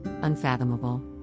unfathomable